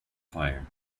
fire